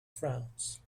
france